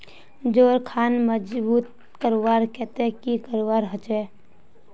जोड़ खान मजबूत करवार केते की करवा होचए?